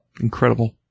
Incredible